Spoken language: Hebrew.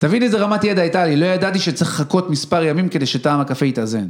תבין איזה רמת ידע הייתה לי, לא ידעתי שצריך לחכות מספר ימים כדי שטעם הקפה יתאזן.